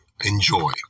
Enjoy